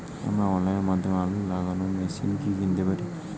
আমরা অনলাইনের মাধ্যমে আলু লাগানো মেশিন কি কিনতে পারি?